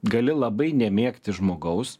gali labai nemėgti žmogaus